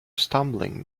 stumbling